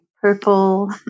purple